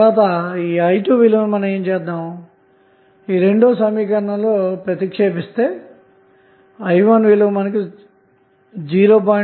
తరువాత i2విలువను రెండో సమీకరణంలో సబ్స్టిట్యూట్ చేస్తే i1విలువ 0